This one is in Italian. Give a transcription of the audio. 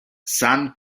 san